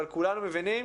אבל כולנו מבינים,